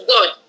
God